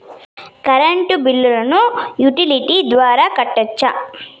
Current బిల్లును utility ద్వారా కట్టొచ్చా?